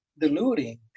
diluting